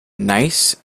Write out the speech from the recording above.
nice